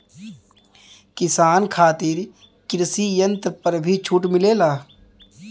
किसान खातिर कृषि यंत्र पर भी छूट मिलेला?